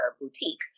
boutique